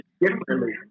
differently